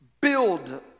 build